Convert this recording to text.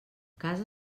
casa